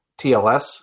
TLS